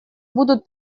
будут